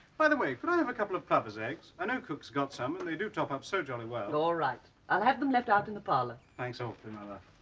by the way but i have a couple of plovers eggs? i know cooks got some and they do top-up so jolly well. and all right i'll have them left out in the parlor thanks awfully mother.